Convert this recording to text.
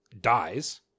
dies